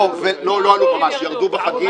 לא עלו ממש, ירדו בחגים.